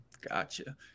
Gotcha